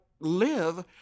live